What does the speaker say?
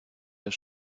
sehr